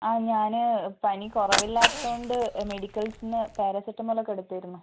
ആ ഞാൻ പനി കുറവില്ലാത്തതുകൊണ്ട് മെഡിക്കൽസിൽ നിന്ന് പാരസെറ്റമോളോക്കെ എടുത്തിരുന്നു